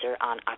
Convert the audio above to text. on